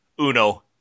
Uno